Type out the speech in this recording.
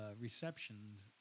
receptions